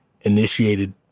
initiated